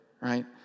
right